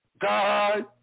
God